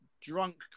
drunk